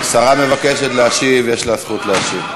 השרה מבקשת להשיב, יש לה זכות להשיב.